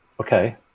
Okay